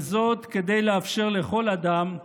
וזאת כדי לאפשר לכל אדם,